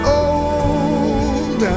old